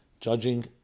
judging